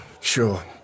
Sure